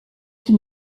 qui